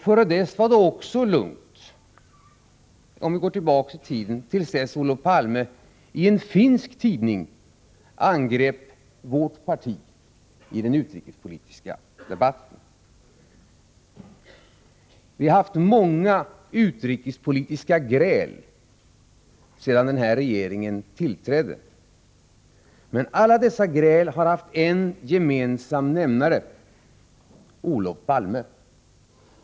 Före den var det också lugnt, till dess Olof Palme i en finsk tidning angrep vårt parti i den Vi har haft många utrikespolitiska gräl sedan den nuvarande regeringen tillträdde, men alla dessa gräl har haft en gemensam nämnare, Olof Palme.